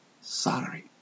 Sorry